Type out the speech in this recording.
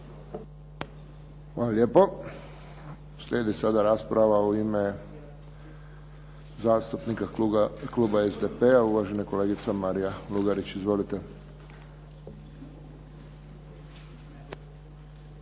Hvala lijepo. Slijedi sada rasprava u ime zastupnika kluba SDP-a, uvažena kolegica Marija Lugarić. Izvolite.